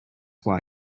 why